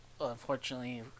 unfortunately